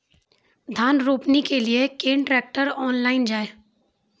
धान रोपनी के लिए केन ट्रैक्टर ऑनलाइन जाए?